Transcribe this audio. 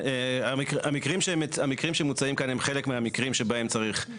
המקרים שמוצעים כאן הם חלק מהמקרים שבהם צריך,